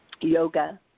Yoga